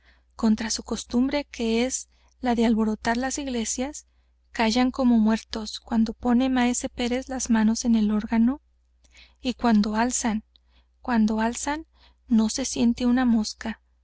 contra su costumbre que es la de alborotar las iglesias callan como muertos cuando pone maese pérez las manos en el órgano y cuando alzan cuando alzan no se siente una mosca